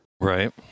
Right